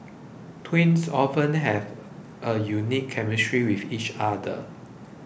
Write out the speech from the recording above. twins often have a unique chemistry with each other